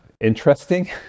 interesting